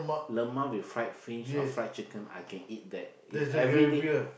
lemak with fried fish or fried chicken I can eat that if everyday